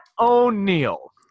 O'Neill